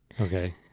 Okay